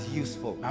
useful